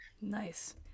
Nice